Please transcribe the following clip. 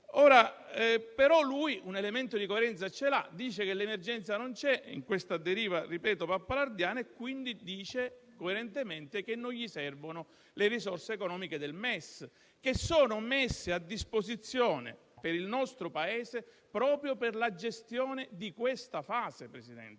Salvini un elemento di coerenza ce l'ha: dice che l'emergenza non c'è - nell'attuale deriva pappalardiana - quindi dice coerentemente che non gli servono le risorse economiche del MES, che sono messe a disposizione per il nostro Paese proprio per la gestione di questa fase, Presidente.